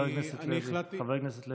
אני החלטתי, חבר הכנסת לוי,